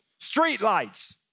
Streetlights